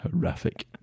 horrific